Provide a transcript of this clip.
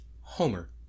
homer